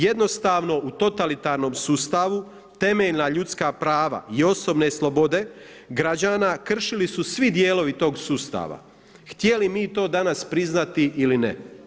Jednostavno u totalitarnom sustavu temeljna ljudska prava i osobne slobode građana kršili su svi dijelovi tog sustava htjeli mi to danas priznati ili ne.